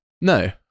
No